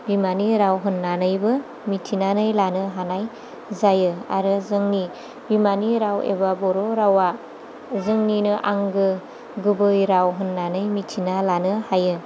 बिमानि राव होन्नानैबो मिथिनानै लानो हानाय जायो आरो जोंनि बिमानि राव एबा बर' रावा जोंनिनो आंगो गुबै राव होन्नानै मिथिना लानो हायो